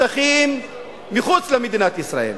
שטחים מחוץ למדינת ישראל,